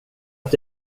att